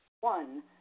One